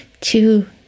two